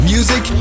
Music